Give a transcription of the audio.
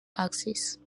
axis